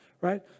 right